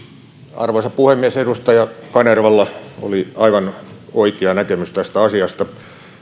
arvoisa puhemies edustaja kanervalla oli aivan oikea näkemys tästä asiasta